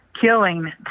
killing